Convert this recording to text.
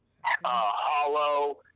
hollow